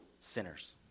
sinners